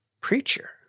preacher